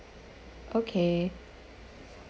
okay